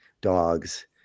dogs